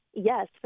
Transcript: Yes